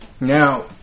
Now